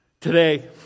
today